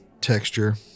texture